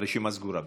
הרשימה סגורה.